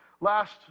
last